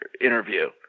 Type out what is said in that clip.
interview